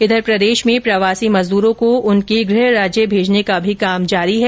इधर प्रदेश में प्रवासी मजदूरों को उनके गृह राज्य भेजने का भी काम जारी है